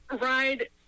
Ride